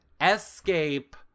escape